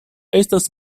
estas